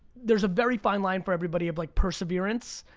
there's a very fine line for everybody of like perseverance.